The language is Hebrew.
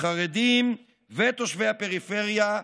חרדים ותושבי הפריפריה,